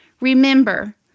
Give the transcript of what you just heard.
Remember